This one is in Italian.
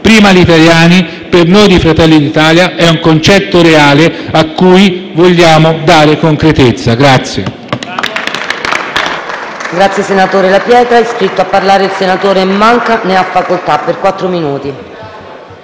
"Prima gli italiani" per noi di Fratelli d'Italia è un concetto reale, a cui vogliamo dare concretezza.